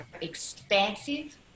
expansive